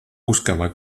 buscaba